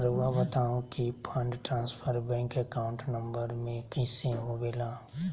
रहुआ बताहो कि fund transfer bank account number में कैसे होबेला?